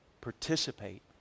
Participate